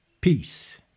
Peace